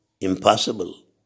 Impossible